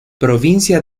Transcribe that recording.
provincia